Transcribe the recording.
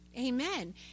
Amen